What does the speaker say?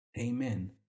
Amen